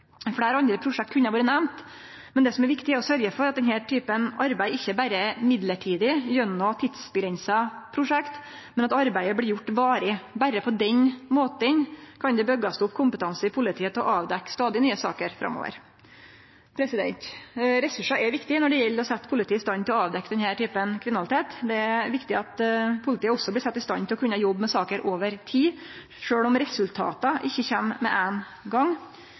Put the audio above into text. Fleire andre prosjekt kunne ha vore nemnt, men det som er viktig, er å sørgje for at denne typen arbeid ikkje berre er midlertidig, gjennom tidsavgrensa prosjekt, men at arbeidet blir gjort varig. Berre på den måten kan det byggjast opp kompetanse i politiet til å avdekkje stadig nye saker framover. Ressursar er viktig når det gjeld å setje politiet i stand til å avdekkje denne typen kriminalitet. Det er viktig at politiet også blir sett i stand til å kunne jobbe med saker over tid, sjølv om resultata ikkje kjem med ein gong.